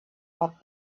what